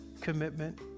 commitment